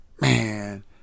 man